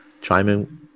Chiming